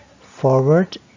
forward